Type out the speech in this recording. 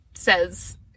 says